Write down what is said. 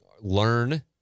learn